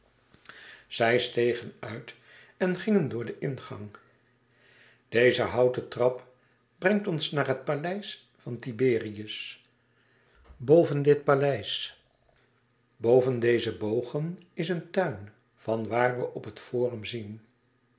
zij stegen uit en gingen door den ingang deze houten trap brengt ons naar het paleis van tiberius boven dit paleis boven deze bogen is een tuin van waar we op het forum zien